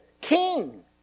King